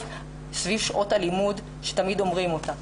סביב שעות הלימוד שתמיד אומרים אותה.